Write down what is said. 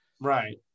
Right